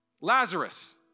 Lazarus